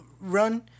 run